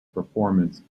performance